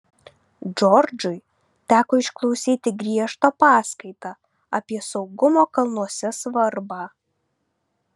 džordžui teko išklausyti griežtą paskaitą apie saugumo kalnuose svarbą